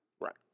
Right